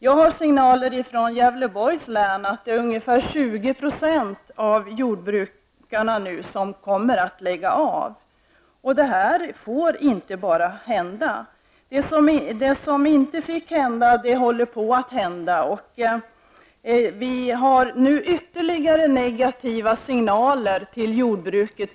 Jag har fått signaler från Gävleborgs län om att ungefär 20 % av jordbrukarna nu kommer att sluta. Detta får inte bara hända. Det som inte fick hända håller nu på att hända. Det har nu givits ytterligare negativa signaler till jordbruket.